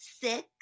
six